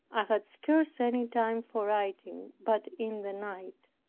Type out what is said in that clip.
i had scarce any time for writing but in the night,